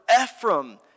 Ephraim